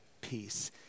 peace